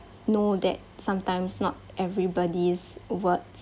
know that sometimes not everybody's words